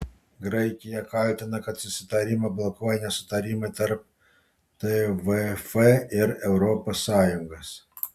graikija kaltina kad susitarimą blokuoja nesutarimai tarp tvf ir europos sąjungos